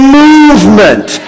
movement